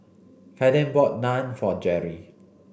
Kaeden bought Naan for Jerri